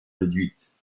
réduite